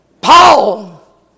Paul